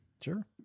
Sure